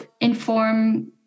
inform